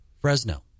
Fresno